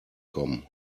kommen